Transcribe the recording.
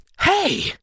Hey